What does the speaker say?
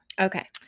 Okay